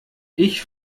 ich